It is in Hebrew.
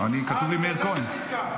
כתוב לי מאיר כהן.